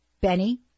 Benny